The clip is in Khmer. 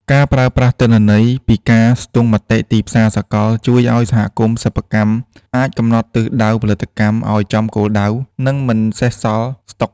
ការប្រើប្រាស់ទិន្នន័យពីការស្ទង់មតិទីផ្សារសកល ជួយឱ្យសហគមន៍សិប្បកម្មអាចកំណត់ទិសដៅផលិតកម្មឱ្យចំគោលដៅ និងមិនសេសសល់ស្តុក។